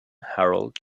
harold